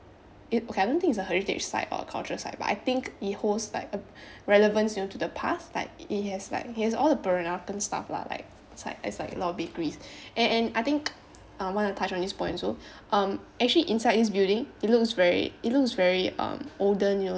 it okay I don't think it's a heritage site or cultural site but I think it holds like a relevance you know to the past like it has like it has all the peranakan stuff lah like it's like it has like a lot of bakeries and I think um I want to touch on this point also um actually inside this building it looks ver~ it looks very um olden you know